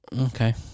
Okay